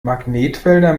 magnetfelder